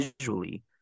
visually